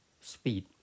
speed